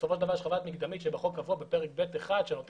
בסופו של דבר יש חוות דעת מקדמית שבחוק קבוע בפרק ב'1 שנותנת